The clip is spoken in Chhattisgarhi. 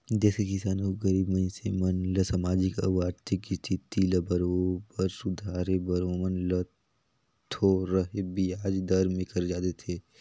देस के किसान अउ गरीब मइनसे मन ल सामाजिक अउ आरथिक इस्थिति ल बरोबर सुधारे बर ओमन ल थो रहें बियाज दर में करजा देथे